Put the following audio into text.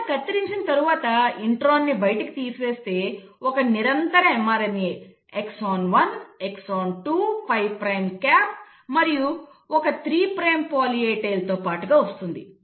ఇలా కత్తిరించిన తరువాత ఇంట్రాన్ని బయటకు తీసివేస్తే ఒక నిరంతర mRNA exon 1 exon 2 5 prime cap మరియు ఒక 3ప్రైమ్ పాలీ A టెయిల్ తో పాటుగా వస్తుంది